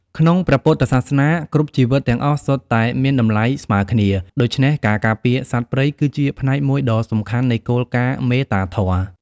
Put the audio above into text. ក្នុងព្រះពុទ្ធសាសនា គ្រប់ជីវិតទាំងអស់សុទ្ធតែមានតម្លៃស្មើគ្នា ដូច្នេះការការពារសត្វព្រៃគឺជាផ្នែកមួយដ៏សំខាន់នៃគោលការណ៍មេត្តាធម៌។